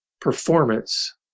Performance